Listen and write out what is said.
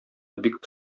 бик